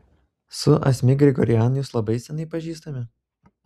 su asmik grigorian jūs labai seniai pažįstami